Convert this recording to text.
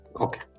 okay